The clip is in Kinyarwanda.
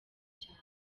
cyane